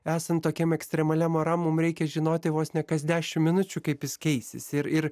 esant tokiem ekstremaliem oram mum reikia žinoti vos ne kas dešim minučių kaip jis keisis ir ir